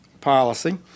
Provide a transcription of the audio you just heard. policy